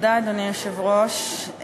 אדוני היושב-ראש,